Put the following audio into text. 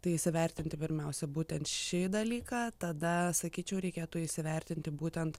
tai įsivertinti pirmiausia būtent šį dalyką tada sakyčiau reikėtų įsivertinti būtent